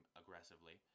aggressively